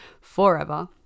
forever